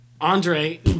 Andre